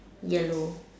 yellow